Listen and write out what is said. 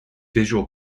visual